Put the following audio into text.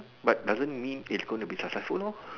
but doesn't mean it's going to be successful lor